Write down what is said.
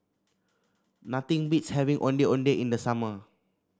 nothing beats having Ondeh Ondeh in the summer